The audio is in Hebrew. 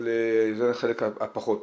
אבל זה החלק הפחות טוב.